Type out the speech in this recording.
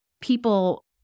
people